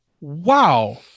Wow